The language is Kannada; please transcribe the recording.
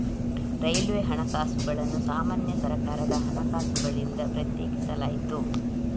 ರೈಲ್ವೆ ಹಣಕಾಸುಗಳನ್ನು ಸಾಮಾನ್ಯ ಸರ್ಕಾರದ ಹಣಕಾಸುಗಳಿಂದ ಪ್ರತ್ಯೇಕಿಸಲಾಯಿತು